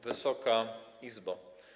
Wysoka Izbo!